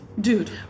Dude